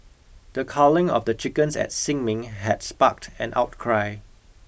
the culling of the chickens at Sin Ming had sparked an outcry